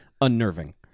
unnerving